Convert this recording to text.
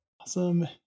Awesome